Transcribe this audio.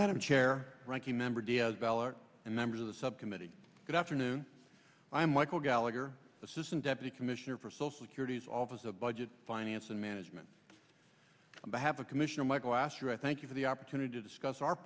madam chair ranking member diaz balart and members of the subcommittee good afternoon i'm michael gallagher assistant deputy commissioner for social security's office of budget finance and management i have a commissioner michael astro thank you for the opportunity to discuss our